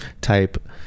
type